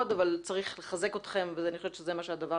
אבל צריך לחזק אתכם ואני חושבת שזה הדבר